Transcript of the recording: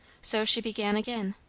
so she began again.